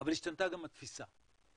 אבל השתנתה גם התפיסה.